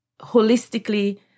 holistically